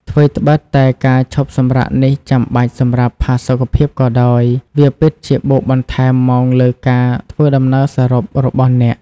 ថ្វីត្បិតតែការឈប់សម្រាកនេះចាំបាច់សម្រាប់ផាសុកភាពក៏ដោយ វាពិតជាបូកបន្ថែមម៉ោងលើការធ្វើដំណើរសរុបរបស់អ្នក។